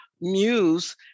Muse